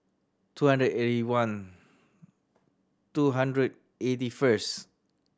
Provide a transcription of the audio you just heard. two hundred eighty one two hundred eighty first